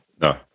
No